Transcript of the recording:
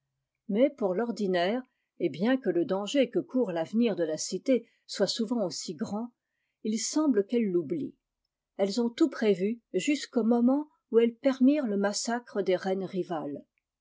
mais pour l'ordinaire et bien que le danger que court l'avenir de la cité soit souvent aussi grand il semble qu'elles l'oublient elles ont tout prévu jusqu'au moment où elles permirent le massacre des reines rivales